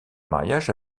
mariage